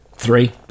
Three